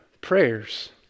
prayers